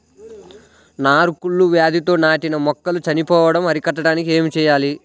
నారు కుళ్ళు వ్యాధితో నాటిన మొక్కలు చనిపోవడం అరికట్టడానికి ఏమి చేయాలి?